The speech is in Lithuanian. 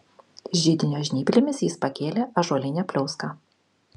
židinio žnyplėmis jis pakėlė ąžuolinę pliauską